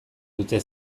dute